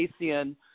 ACN